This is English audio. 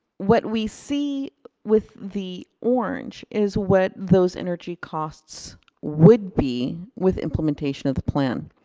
what we see with the orange is what those energy costs would be with implementation of the plan.